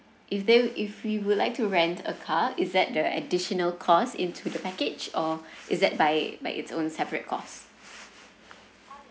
if they if we would like to rent a car is that the additional cost into the package or is that by by its own separate cost